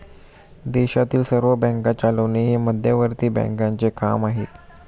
देशातील सर्व बँका चालवणे हे मध्यवर्ती बँकांचे काम आहे